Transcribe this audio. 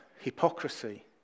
hypocrisy